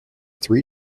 three